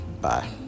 Bye